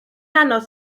anodd